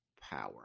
power